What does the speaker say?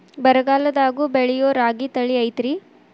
ಬರಗಾಲದಾಗೂ ಬೆಳಿಯೋ ರಾಗಿ ತಳಿ ಐತ್ರಿ?